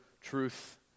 truth